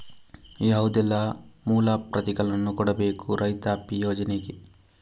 ಯಾವುದೆಲ್ಲ ಮೂಲ ಪ್ರತಿಗಳನ್ನು ಕೊಡಬೇಕು ರೈತಾಪಿ ಯೋಜನೆಗೆ?